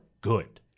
good